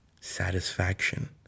satisfaction